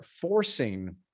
forcing